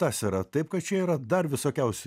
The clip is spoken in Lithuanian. tas yra taip kad čia yra dar visokiausių